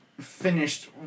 finished